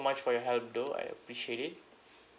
much for your help though I appreciate it